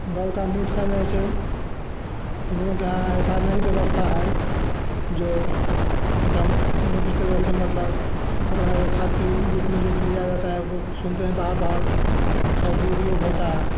गऊ का मूत का जैसे हम लोग गाई ऐसा नहीं व्यवस्था है जो गम मूत्र के जैसे मतलब खाद के रूप में जो लिया जाता है सुनते है बाहर बाहर उसका बहुत उपयोग होता है हम लोग